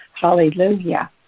Hallelujah